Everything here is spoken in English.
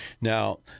Now